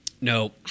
No